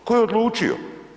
Tko je odlučio?